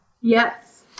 Yes